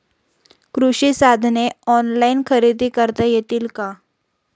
कृषी साधने ऑनलाइन खरेदी करता येतील का?